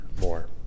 more